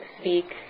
speak